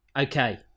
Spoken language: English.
Okay